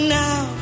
now